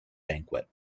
banquet